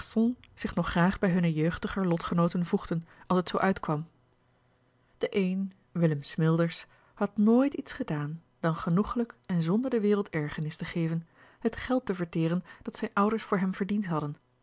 zich nog graag bij hunne jeugdiger lotgenooten voegden als het zoo uitkwam de een willem smilders had nooit iets gedaan dan genoegelijk en zonder de wereld ergernis te geven het geld te verteren dat zijne ouders voor hem verdiend hadden